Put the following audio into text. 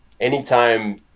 anytime